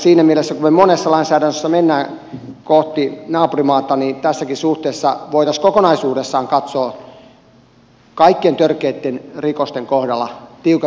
siinä mielessä kun me monessa lainsäädännössä menemme kohti naapurimaata niin tässäkin suhteessa voitaisiin kokonaisuudessaan katsoa kaikkien törkeitten rikosten kohdalla tiukempaa lainsäädäntöä